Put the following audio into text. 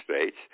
states